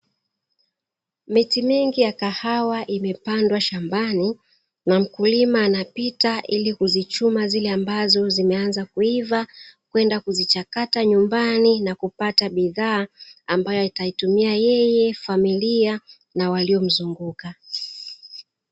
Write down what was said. Miti mingi ya kahawa imepandwa shambani, na mkulima anapita ili kuzichuma zile ambazo zimeanza kuiva, kwenda kuzichakata nyumbani na kupata bidhaa, ambayo ataitumia yeye, familia na waliomzunguka.